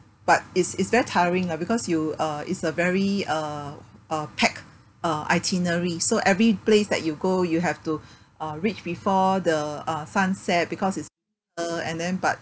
but it's it's very tiring lah because you uh it's a very uh uh packed uh itinerary so every place that you go you have to uh reach before the uh sunset because it's and then but